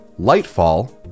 Lightfall